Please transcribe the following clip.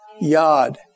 Yod